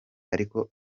ariko